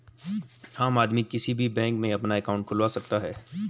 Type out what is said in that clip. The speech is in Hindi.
आम आदमी किसी भी बैंक में अपना अंकाउट खुलवा सकता है